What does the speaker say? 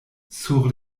sur